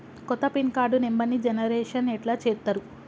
కొత్త pin card నెంబర్ని generation ఎట్లా చేత్తరు?